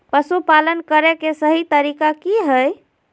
पशुपालन करें के सही तरीका की हय?